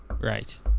Right